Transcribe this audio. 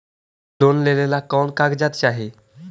Loan लेने ला कोन कोन कागजात चाही?